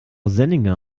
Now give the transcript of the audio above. senninger